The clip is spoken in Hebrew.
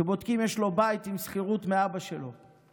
שבודקים אם יש לו בית עם שכירות מאבא שלו?